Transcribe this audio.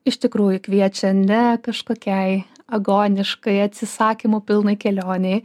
iš tikrųjų kviečia ne kažkokiai agoniškai atsisakymo pilnai kelionei